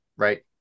Right